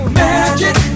magic